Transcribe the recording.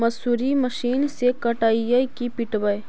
मसुरी मशिन से कटइयै कि पिटबै?